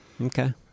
Okay